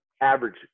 Average